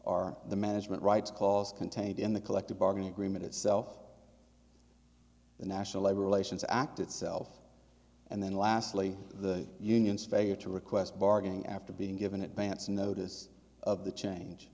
are the management rights calls contained in the collective bargaining agreement itself the national labor relations act itself and then lastly the unions failure to request bargaining after being given advance notice of the change